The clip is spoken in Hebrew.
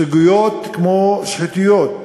סוגיות כמו שחיתויות,